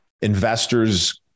investors